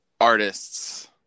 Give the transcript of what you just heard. artists